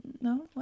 No